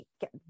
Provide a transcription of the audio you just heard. get